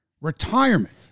Retirement